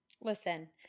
Listen